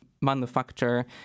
manufacture